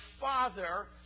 Father